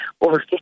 over